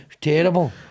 terrible